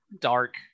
dark